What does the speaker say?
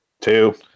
Two